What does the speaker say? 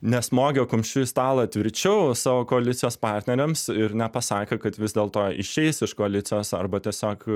nesmogė kumščiu į stalą tvirčiau savo koalicijos partneriams ir nepasakė kad vis dėlto išeis iš koalicijos arba tiesiog